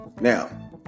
Now